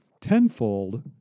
tenfold